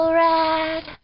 rad